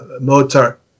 Mozart